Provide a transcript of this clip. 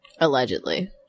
Allegedly